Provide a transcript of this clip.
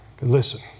Listen